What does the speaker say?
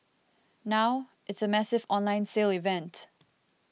now it's a massive online sale event